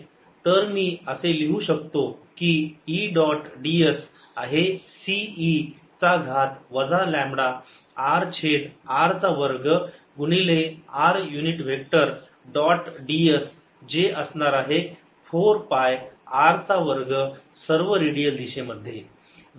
तर मी असे लिहू शकतो की E डॉट ds आहे C e चा घात वजा लांबडा r छेद r चा वर्ग गुणिले r unit vector dot ds जे असणार आहे 4 पाय r चा वर्ग सर्व रेडियल दिशा मध्ये